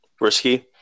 risky